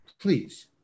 Please